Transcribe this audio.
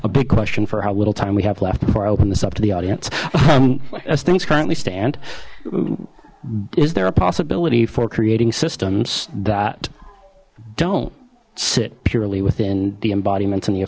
a big question for how little time we have left before i open this up to the audience as things currently stand is there a possibility for creating systems that don't sit purely within the embodiments and the